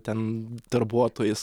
ten darbuotojus